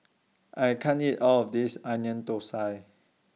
I can't eat All of This Onion Thosai